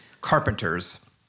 carpenters